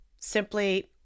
simply